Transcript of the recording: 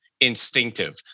instinctive